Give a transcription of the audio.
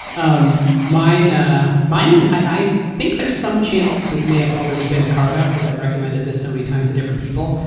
um mine ah mine is, i think there's some chance that this may have already been a carve-out because i've recommended this so many times to different people,